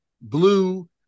blue